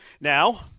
Now